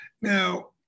Now